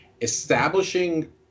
establishing